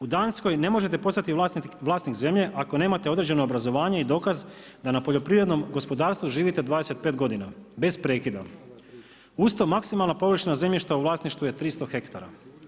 U Danskoj ne možete postati vlasnik zemlje ako nemate određeno obrazovanje i dokaz da na poljoprivrednom gospodarstvu živite 25 godina bez prekida, uz to maksimalna površina zemljišta u vlasništvu je 300 hektara.